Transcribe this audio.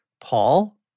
Paul